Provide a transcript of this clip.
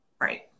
Right